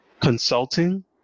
consulting